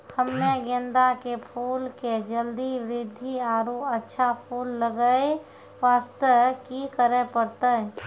हम्मे गेंदा के फूल के जल्दी बृद्धि आरु अच्छा फूल लगय वास्ते की करे परतै?